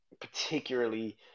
particularly